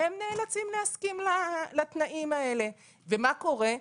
נאלצים להסכים לתנאים האלה, ומה קורה?